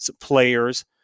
players